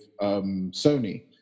Sony